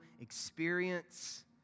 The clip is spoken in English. experience